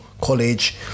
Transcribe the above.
college